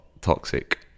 toxic